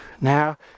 now